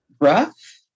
rough